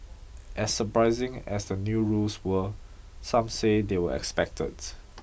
as surprising as the new rules were some say they were expected